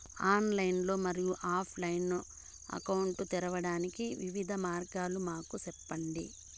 Online మరియు offline account తెరవడానికి వివిధ మార్గాలు మాకు సెప్పండి?